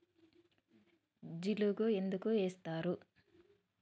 జిలుగు ఎందుకు ఏస్తరు?